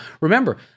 remember